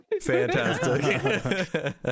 Fantastic